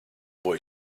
boy